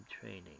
training